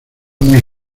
muy